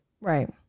Right